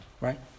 right